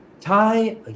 Tie